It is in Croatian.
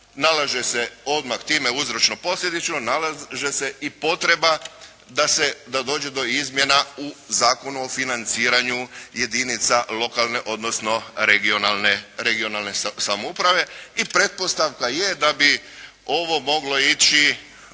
nalaže se odmah time uzročno-posljedično nalaže se i potreba da se, da dođe do izmjena u Zakonu o financiranju jedinica lokalne, odnosno regionalne samouprave i pretpostavka je da bi ovo moglo ići